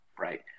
right